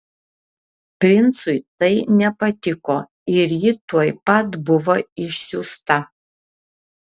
princui tai nepatiko ir ji tuoj pat buvo išsiųsta